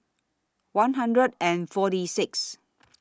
one hundred and forty six